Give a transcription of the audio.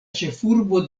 ĉefurbo